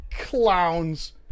Clowns